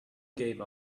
gave